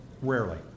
Rarely